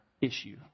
issue